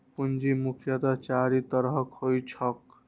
पूंजी मुख्यतः चारि तरहक होइत छैक